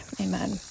Amen